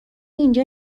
اینجا